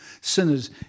sinners